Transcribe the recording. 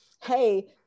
hey